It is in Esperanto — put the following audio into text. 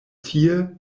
tie